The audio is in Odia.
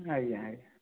ଆଜ୍ଞା ଆଜ୍ଞା